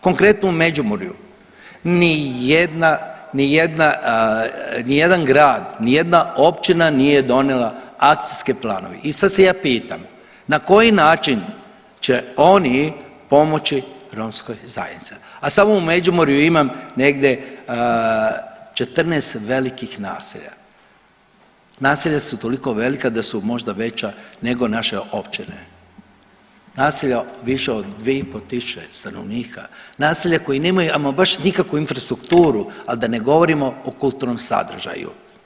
Konkretno u Međimurju nijedna, nijedna, nijedan grad, nijedna općina nije donijela akcijske planove i sad se ja pitam na koji način će oni pomoći romskoj zajednici, a samo u Međimurju imam negde 14 velikih naselja, naselja su toliko velika da su možda veća nego naše općine, naselja više od 2500 stanovnika, naselja koja nemaju ama baš nikakvu infrastrukturu, al da ne govorimo o kulturnom sadržaju.